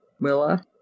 Willa